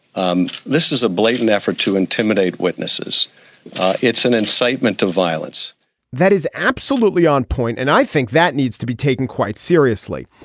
um this is a blatant effort to intimidate witnesses it's an incitement to violence that is absolutely on point and i think that needs to be taken quite seriously.